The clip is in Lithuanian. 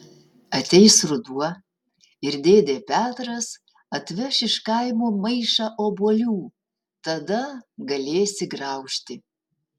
ateis ruduo ir dėdė petras atveš iš kaimo maišą obuolių tada galėsi graužti